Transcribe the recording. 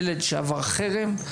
ילד שעבר חרם,